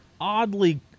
oddly